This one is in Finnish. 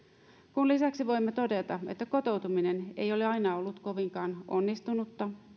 kun lisäksi voimme todeta että kotoutuminen ei ole aina ollut kovinkaan onnistunutta